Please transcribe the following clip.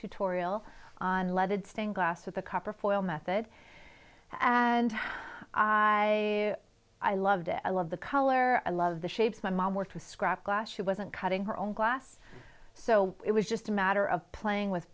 tutorial on leaded sting glass with the copper foil method and i i loved it i love the color i love the shapes my mom worked with scrap glass she wasn't cutting her own glass so it was just a matter of playing with